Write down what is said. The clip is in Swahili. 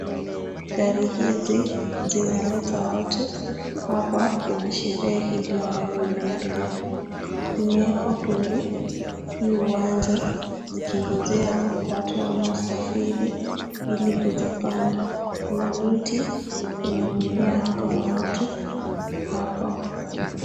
Gari hizi zinaleta watu hapa kwenye sherehe ile ambayo inaendelea. Zimewekwa kwenye hii uwanja zikingojea watu wanaosafiri ili kuzipanda. Kuna miti yenye imemea hapo na watu hapo.